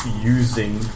using